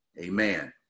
amen